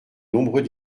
nombreux